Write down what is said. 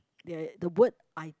there the word I